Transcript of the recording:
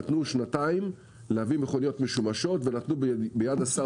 נתנו שנתיים להביא מכוניות משומשות ונתנו ביד השר